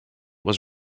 was